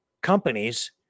companies